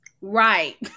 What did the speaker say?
Right